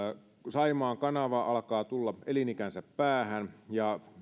saimaan kanava alkaa tulla elinikänsä päähän ja